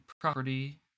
property